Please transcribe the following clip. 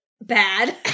Bad